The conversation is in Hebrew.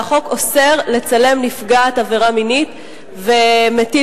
והוא אוסר לצלם נפגעת עבירה מינית ומטיל